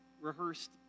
rehearsed